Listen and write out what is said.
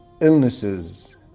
illnesses